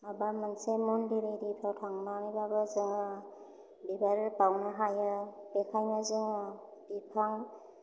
एबा मोनसे मन्दिर एरिफ्राव थांनांब्लाबो जोङो बिबार बाउनो हायो बेखायनो जोङो बिफां